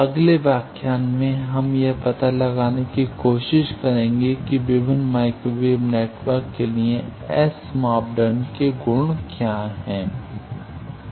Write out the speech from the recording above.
अगले व्याख्यान में हम यह पता लगाने की कोशिश करेंगे कि विभिन्न माइक्रो वेव नेटवर्क के लिए S मापदंड के गुण क्या हैं